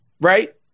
Right